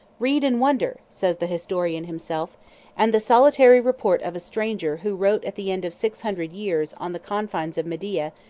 read and wonder! says the historian himself and the solitary report of a stranger who wrote at the end of six hundred years on the confines of media,